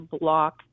block